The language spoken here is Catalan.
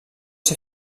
ser